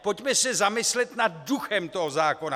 Pojďme se zamyslet nad duchem toho zákona.